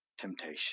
temptation